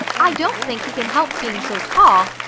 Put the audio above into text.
i don't think he can help being so tall,